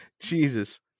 Jesus